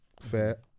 fair